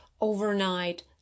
overnight